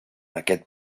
aquest